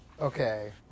okay